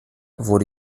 wurde